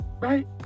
right